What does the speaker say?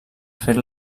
fer